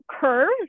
curves